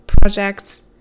projects